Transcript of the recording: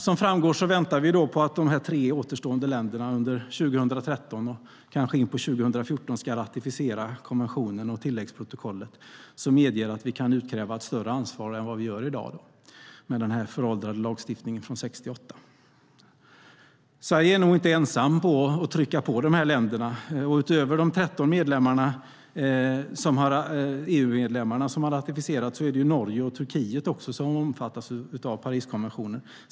Som framgår här väntar vi på att de tre återstående länderna under 2013, kanske någon gång in på 2014, ska ratificera konventionen och tilläggsprotokollet som medger att vi kan utkräva ett större ansvar än vad vi kan i dag med den föråldrade lagstiftningen från 1968. Sverige är inte ensamt om att trycka på dessa länder, och utöver de 13 EU-medlemmar som har ratificerat är det Norge och Turkiet som omfattas av Pariskonventionen.